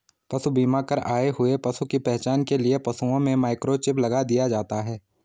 पशु बीमा कर आए हुए पशु की पहचान के लिए पशुओं में माइक्रोचिप लगा दिया जाता है